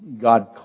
God